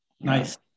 Nice